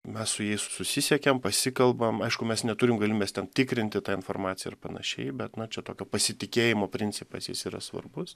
mes su jais susisiekiam pasikalbam aišku mes neturim galimybės ten tikrinti tą informaciją ir panašiai bet na čia tokio pasitikėjimo principas jis yra svarbus